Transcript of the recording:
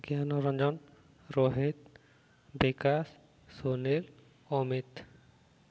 Gyanaranjan Rohit Bikash Sunil Amit